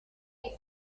the